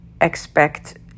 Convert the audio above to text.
expect